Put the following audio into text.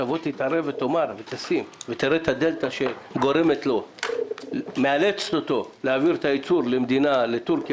שתתערב ותאמר ותראה את הדלתא שמאלצת אותו להעביר את הייצור לטורקיה